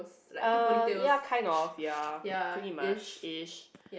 uh ya kind of ya pretty much ish